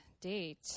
date